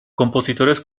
compositores